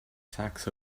sacks